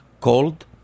cold